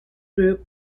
group